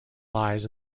lies